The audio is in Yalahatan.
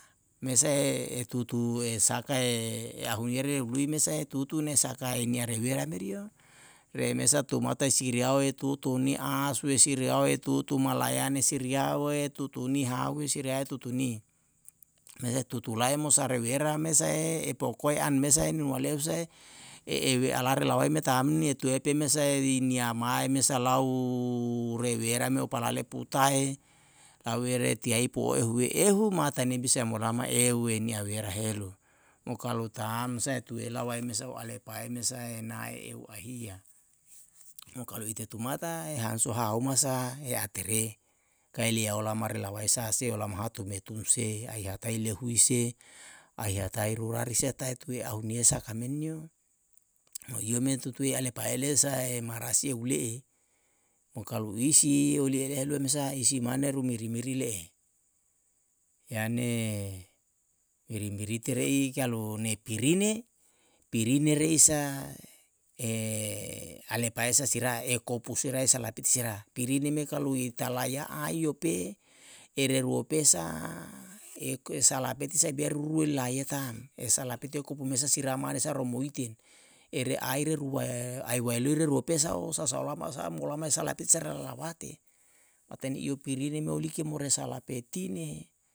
Mesae e tutu e sakae ahuniere hului mesae tutu ne sakae nia rewera merio remesa tumatai siriyao etutu ni asu sireao tutu malayane siriyaoe tutu ni hau siriyae tutuni mesa tutu lae mosa rewera mesae pokoe an mesae nuwaleu sae e ewe alare lawae me tam nie tue pemesae i nia mae mesa lau rewera me opa lale putae lawere tiai puo ehuwe ehu matae ne bisae molama euwe ni a wera helu mo kalu tamsa etue lawae mesa o alepae mesae nae ehu ahia. mo kalu ite tumata e hansu hahuma sa a tere kae lia olama re lawae sa se olama hatu metun se ahiatai lehui se ahiatai rura risa tai tue ahunia saka menio. mohiyo me tutue alepae le sae marasi ehu le'e, mo kalu i si olie helu mesa i si mane ru miri miri le'e. e ane iri mirite re'i kalu ne pirine, pirine re isa alepae sa sira ekou pusirae sae lapiti sira pirine me kalu i talaya aiyope ere ruope sa ekue salapeti sae biar rurue laie ta'm e salapitie kupu mesa sira mane sa romo iten ere aire ruae ae waelire ruo pesao sa sa olama sa molama e salapiti sae re lelawate auteni iupirine me olike mo resa lapetine